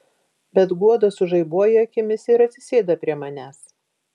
bet guoda sužaibuoja akimis ir atsisėda prie manęs